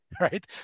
right